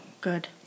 good